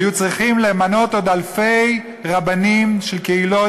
היו צריכים למנות עוד אלפי רבנים של קהילות,